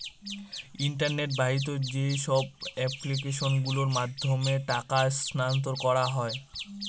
internet বাহিত যেসব application গুলোর মাধ্যমে টাকা স্থানান্তর করা হয়